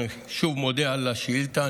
אני שוב מודה על השאילתה.